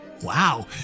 Wow